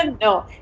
no